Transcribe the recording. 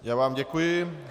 Já vám děkuji.